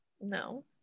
No